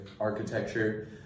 architecture